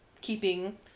keeping